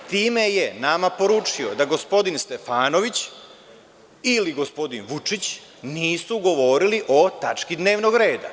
Time je nama poručio da gospodin Stefanović ili gospodin Vučić nisu govorili o tački dnevnog reda.